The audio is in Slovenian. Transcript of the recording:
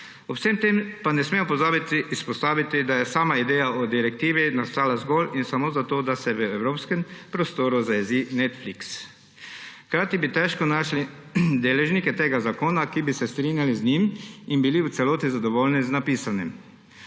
Ob vsem tem pa ne smemo pozabiti izpostaviti, da je sama ideja o direktivi nastala zgolj in samo zato, da se v evropskem prostoru zajezi Netflix. Hkrati bi težko našli deležnike tega zakona, ki bi se strinjali z njim in bili v celoti zadovoljni z napisanim.